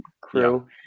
crew